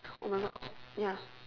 oh-my-god ya